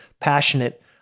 passionate